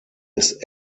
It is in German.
ist